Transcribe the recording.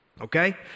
Okay